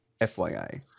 FYI